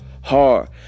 hard